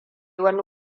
wani